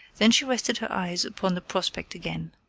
then she rested her eyes upon the prospect again.